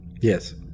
yes